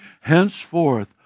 henceforth